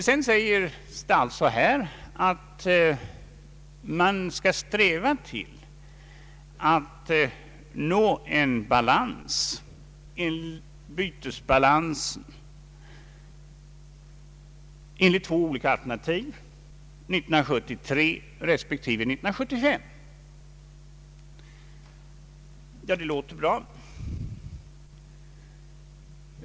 Sedan sägs det alltså här att man skall sträva att nå en balans i betalningarna enligt två olika alternativ, 1973 respektive 1975. Det låter bra.